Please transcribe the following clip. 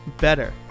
better